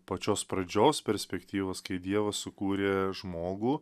pačios pradžios perspektyvos kai dievas sukūrė žmogų